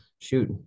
shoot